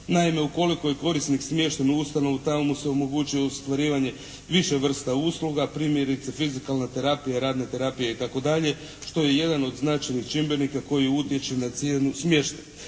naime ukoliko je korisnik smješten u ustanovu, tamo mu se omogućuje ostvarivanje više vrsta usluga, primjerice fizikalna terapija, radna terapija itd. što je jedan od značajnih čimbenika koji utječe na cijenu smještaja.